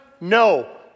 No